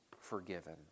forgiven